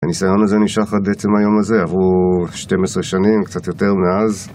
הניסיון הזה נשאר עד עצם היום הזה, עברו 12 שנים, קצת יותר מאז.